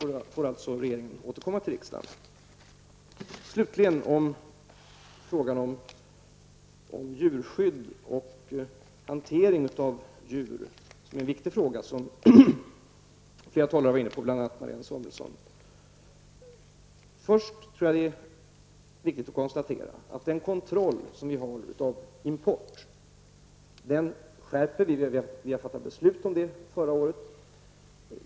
Regeringen får således återkomma till riksdagen. Frågan om djurskydd och hantering av djur är en viktig fråga som flera talare var inne på, bl.a. Marianne Samuelsson. Först tror jag att det är viktigt att konstatera att vi skärper den kontroll vi har av import. Vi fattade beslut om det förra året.